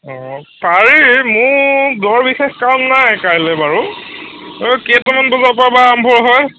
পাৰি মোৰ বৰ বিশেষ কাম নাই কাইলৈ বাৰু এই কেইটামান বজাৰ পৰা বা আৰম্ভ হয়